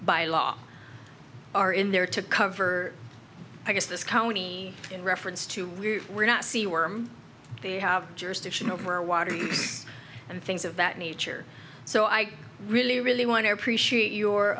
by law are in there to cover i guess this county in reference to we were nazi worm they have jurisdiction over water and things of that nature so i really really want to appreciate your